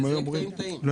נכון?